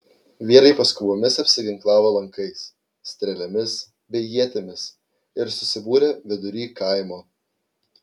vyrai paskubomis apsiginklavo lankais strėlėmis bei ietimis ir susibūrė vidury kaimo